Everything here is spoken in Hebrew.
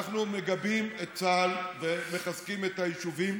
אנחנו מגבים את צה"ל ומחזקים את היישובים,